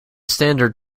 standard